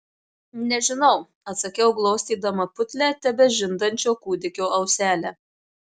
nežinau atsakiau glostydama putlią tebežindančio kūdikio auselę